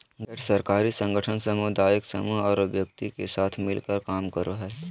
गैर सरकारी संगठन सामुदायिक समूह औरो व्यक्ति के साथ मिलकर काम करो हइ